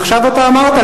עכשיו אתה אמרת.